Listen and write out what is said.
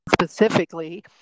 specifically